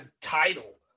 title